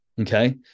okay